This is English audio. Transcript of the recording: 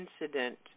incident